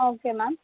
okay ma'am